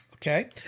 Okay